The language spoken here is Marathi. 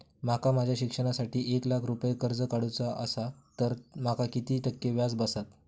माका माझ्या शिक्षणासाठी एक लाख रुपये कर्ज काढू चा असा तर माका किती टक्के व्याज बसात?